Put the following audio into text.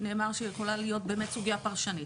נאמר שיכולה להיות באמת סוגיה פרשנית.